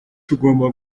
tugomba